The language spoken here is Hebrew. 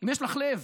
אם יש לך לב,